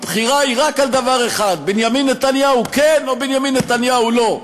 הבחירה היא רק על דבר אחד: בנימין נתניהו כן או בנימין נתניהו לא.